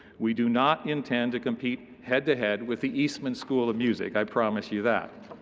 we do not intend to compete head-to-head with the eastman school of music. i promise you that.